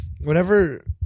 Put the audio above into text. whenever